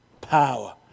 power